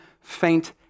faint